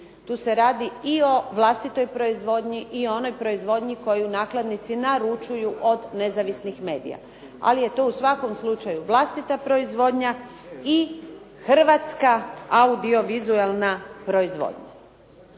Tu se radi i o vlastitoj proizvodnji, i o onoj proizvodnji koju nakladnici naručuju od nezavisnih medija. Ali je to u svakom slučaju vlastita proizvodnja i hrvatska audiovizuelna proizvodnja.